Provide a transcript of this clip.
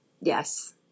Yes